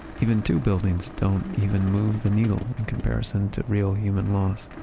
even two buildings don't even move the needle in comparison to real human loss.